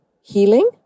healing